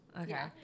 Okay